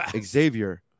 Xavier